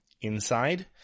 inside